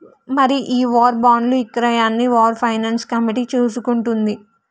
మరి ఈ వార్ బాండ్లు ఇక్రయాన్ని వార్ ఫైనాన్స్ కమిటీ చూసుకుంటుంది